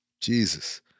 Jesus